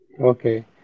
okay